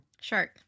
Shark